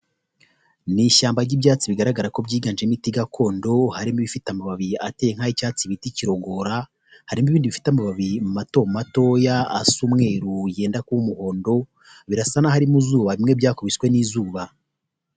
Mu ishyamba ry'ibyatsi bigaragara ko byiganjemo imiti gakondo harimo ibifite amababi ateye nk'ay'icyatsi bita ikirogora harimo ibindi bifite amababi mato matoya asa umweru yenda kuba umuhondo, birasa nkaho bimwe byakubiswe n'izuba.